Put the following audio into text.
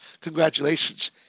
congratulations